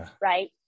right